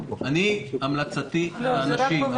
ההמלצה שלי לאנשים,